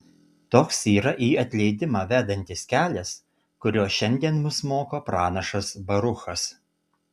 toks yra į atleidimą vedantis kelias kurio šiandien mus moko pranašas baruchas